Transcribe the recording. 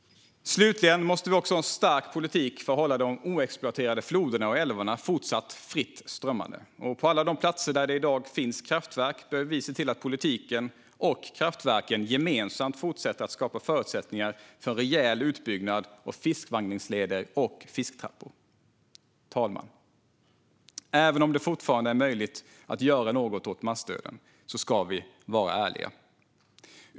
Vi måste också ha en stark politik för att hålla de oexploaterade floderna och älvarna även i fortsättningen fritt strömmande. På alla de platser där det i dag finns kraftverk behöver vi se till att politiken och kraftverken gemensamt fortsätter att skapa förutsättningar för en rejäl utbyggnad av fiskvandringsleder och fisktrappor. Fru talman! Även om det fortfarande är möjligt att göra något åt massdöden ska vi vara ärliga.